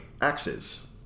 axes